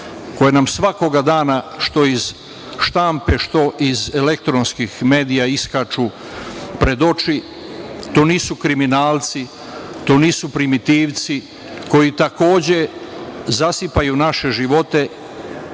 koje nam svakoga dana što iz štampe, što iz elektronskih medija iskaču pred oči. To nisu kriminalci, to nisu primitivci koji takođe zasipaju naše živote,